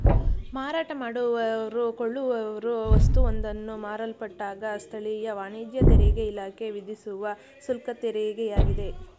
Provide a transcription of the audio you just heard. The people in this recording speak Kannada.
ಮಾರಾಟ ಮಾಡುವವ್ರು ಕೊಳ್ಳುವವ್ರು ವಸ್ತುವೊಂದನ್ನ ಮಾರಲ್ಪಟ್ಟಾಗ ಸ್ಥಳೀಯ ವಾಣಿಜ್ಯ ತೆರಿಗೆಇಲಾಖೆ ವಿಧಿಸುವ ಶುಲ್ಕತೆರಿಗೆಯಾಗಿದೆ